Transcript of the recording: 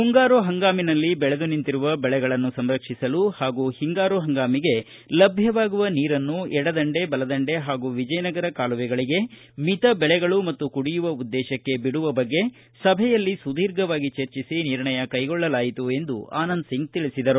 ಮುಂಗಾರು ಹಂಗಾಮಿನಲ್ಲಿ ಬೆಳೆದು ನಿಂತಿರುವ ಬೆಳೆಗಳನ್ನು ಸಂರಕ್ಷಿಸಲು ಹಾಗೂ ಹಂಗಾರು ಹಂಗಾಮಿಗೆ ಲಭ್ಡವಾಗುವ ನೀರನ್ನು ಎಡದಂಡೆ ಬಲದಂಡೆ ಹಾಗೂ ವಿಜಯನಗರ ಕಾಲುವೆಗಳಿಗೆ ಮಿತ ಬೆಳೆಗಳು ಮತ್ತು ಕುಡಿಯುವ ಉದ್ದೇಶಕ್ಕೆ ನೀರು ಬಿಡುವ ಬಗ್ಗೆ ಸಭೆಯಲ್ಲಿ ಸುಧೀರ್ಘವಾಗಿ ಚರ್ಚಿಸಿ ನಿರ್ಣಯ ಕೈಗೊಳ್ಳಲಾಯಿತು ಎಂದು ಆನಂದಸಿಂಗ್ ತಿಳಿಸಿದರು